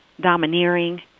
domineering